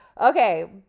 okay